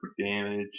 damage